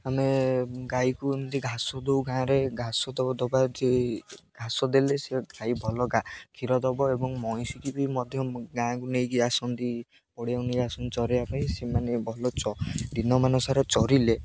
ଆମେ ଗାଈକୁ ଏମିତି ଘାସ ଦେଉ ଗାଁରେ ଘାସ ଦେବ ଦେବା ଯେ ଘାସ ଦେଲେ ସେ ଗାଈ ଭଲା କ୍ଷୀର ଦେବ ଏବଂ ମଇଁଷିକି ବି ମଧ୍ୟ ଗାଁକୁ ନେଇକି ଆସନ୍ତି ପଡ଼ିଆକୁ ନେଇକ ଆସନ୍ତି ଚରିବା ପାଇଁ ସେମାନେ ଭଲ ଦିନମାନ ସାରା ଚରିଲେ